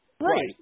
Right